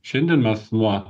šiandien mes nuo